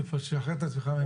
תשחרר את עצמך מה-Mute.